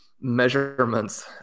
measurements